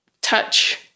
touch